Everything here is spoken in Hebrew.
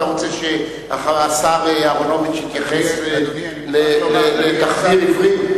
אתה רוצה שהשר אהרונוביץ יתייחס לתחביר עברי?